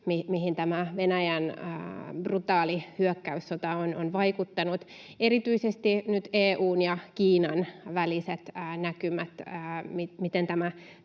mihin tämä Venäjän brutaali hyökkäyssota on vaikuttanut, erityisesti nyt EU:n ja Kiinan väliset näkymät, miten tämä